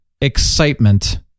excitement